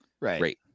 Right